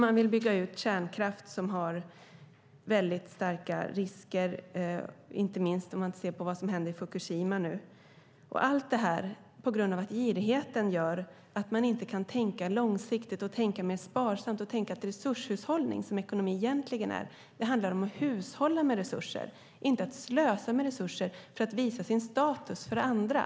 Man vill bygga ut kärnkraft som har väldigt stora risker, inte minst om man ser på vad som hände i Fukushima. Allt detta är för att girigheten gör att man inte kan tänka långsiktigt och mer sparsamt. Resurshushållning, som ekonomi egentligen är, handlar om att hushålla med resurser och inte att slösa med resurser för att visa sin status för andra.